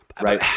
right